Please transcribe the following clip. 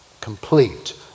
complete